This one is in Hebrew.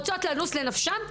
רוצות לנוס על נפשן ומחכות.